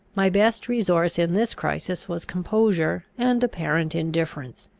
my best resource in this crisis was composure and apparent indifference.